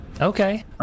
Okay